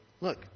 look